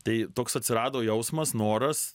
tai toks atsirado jausmas noras